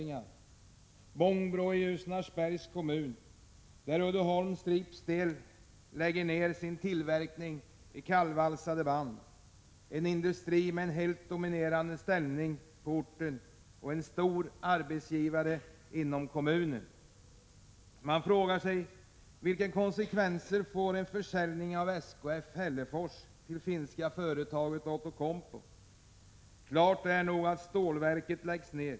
Jag tänker på exempelvis Bångbro i Djurnärsbergs kommun, där Uddeholm Strip Steel lägger ned sin tillverkning av kallvalsarband, en industri med en helt dominerande ställning på orten och en stor arbetsgivare inom kommunen. Man frågar sig: Vilka konsekvenser får en försäljning av SKF Steel Hällefors till finska företaget Outokumpu? Klart är nog att stålverket läggs ned.